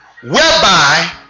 whereby